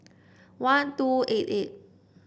one two eight eight